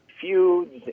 feuds